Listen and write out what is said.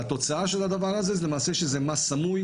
והתוצאה של הדבר הזה הוא שזה למעשה מס סמוי,